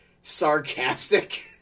sarcastic